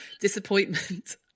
disappointment